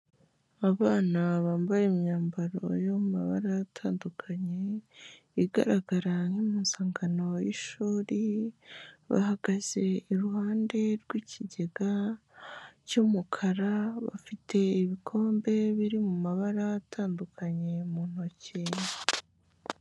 Abana bambaye imyambaro yo mu mabara atandukanye, igaragara nk'impuzangano y'ishuri; bahagaze iruhande rw'ikigega cy'umukara, bafite ibikombe biri mu mabara atandukanye mu ntoki.